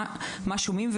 מה שומעים.